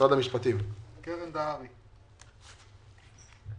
קרן דהרי, בבקשה.